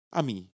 ami